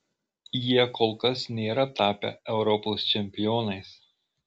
jie kol kas nėra tapę europos čempionais